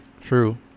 true